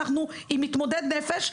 אנחנו עם מתמודד נפש,